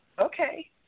okay